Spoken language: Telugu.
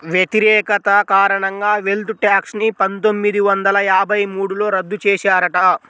వ్యతిరేకత కారణంగా వెల్త్ ట్యాక్స్ ని పందొమ్మిది వందల యాభై మూడులో రద్దు చేశారట